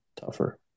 tougher